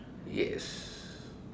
yes